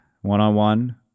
one-on-one